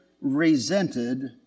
resented